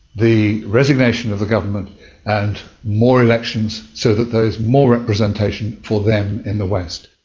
the resignation of the government and more elections so that there is more representation for them in the west.